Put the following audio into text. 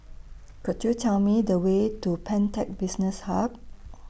Could YOU Tell Me The Way to Pantech Business Hub